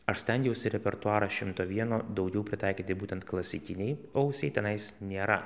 aš stengiausi repertuarą šimto vieno daugiau pritaikyti būtent klasikinei ausiai tenais nėra